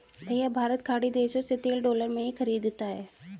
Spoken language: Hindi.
भैया भारत खाड़ी देशों से तेल डॉलर में ही खरीदता है